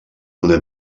una